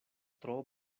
tro